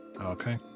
Okay